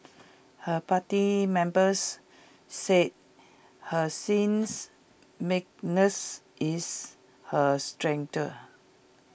her party members say her seems meekness is her strength